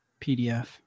PDF